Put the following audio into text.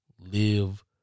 Live